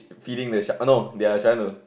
feeding the shark oh no they are trying to